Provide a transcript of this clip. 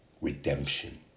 Redemption